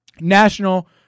National